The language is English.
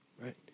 right